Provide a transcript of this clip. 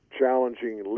challenging